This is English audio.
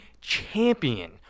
champion